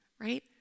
right